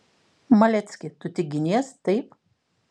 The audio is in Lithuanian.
malecki tu tik ginies taip